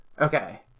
Okay